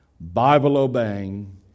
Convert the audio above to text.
Bible-obeying